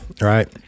right